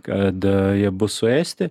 kada jie bus suėsti